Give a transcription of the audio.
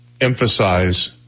emphasize